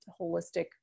holistic